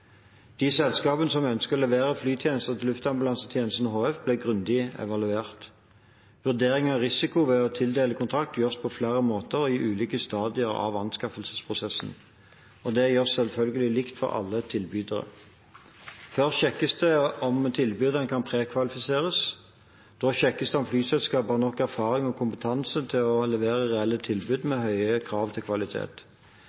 De selskapene som ønsket å levere flytjenester til Luftambulansetjenesten HF, ble grundig evaluert. Vurdering av risiko ved å tildele kontrakt gjøres på flere måter og i ulike stadier av anskaffelsesprosessen. Det gjøres selvfølgelig likt for alle tilbydere. Først sjekkes det om tilbyderne kan prekvalifiseres. Da sjekkes det om flyselskapene har nok erfaring og kompetanse til å levere reelle tilbud